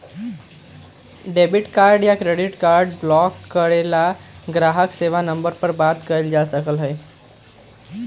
debit card या credit card block करे ला ग्राहक सेवा नंबर पर बात कइल जा सका हई